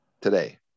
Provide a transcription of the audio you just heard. today